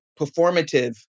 performative